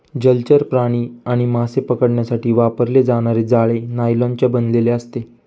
जलचर प्राणी आणि मासे पकडण्यासाठी वापरले जाणारे जाळे नायलॉनचे बनलेले असते